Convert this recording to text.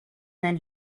then